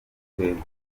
twebwe